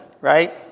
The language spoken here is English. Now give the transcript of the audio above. right